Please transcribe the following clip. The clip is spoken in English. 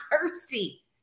thirsty